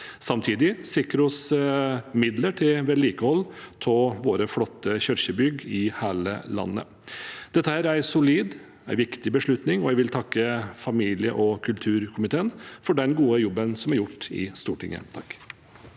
Samtidig sikrer vi midler til vedlikehold av våre flotte kirkebygg i hele landet. Dette er en solid og viktig beslutning, og jeg vil takke familie- og kulturkomiteen for den gode jobben som er gjort i Stortinget.